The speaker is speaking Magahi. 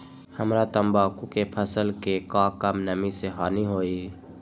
हमरा तंबाकू के फसल के का कम नमी से हानि होई?